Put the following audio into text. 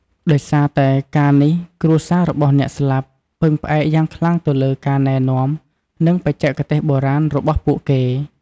ដោយសារតែការនេះ គ្រួសាររបស់អ្នកស្លាប់ពឹងផ្អែកយ៉ាងខ្លាំងទៅលើការណែនាំនិងបច្ចេកទេសបុរាណរបស់ពួកគេ។